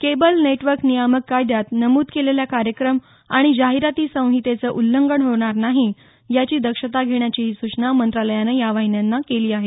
cable network नियामक कायद्यात नमूद केलेल्या कार्यक्रम आणि जाहीरात संहितेचं उल्लंघन होणार नाही याची दक्षता घेण्याची सूचनाही मंत्रालयानं या वाहिन्यांना केली आहे